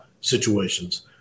situations